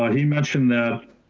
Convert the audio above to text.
ah he mentioned that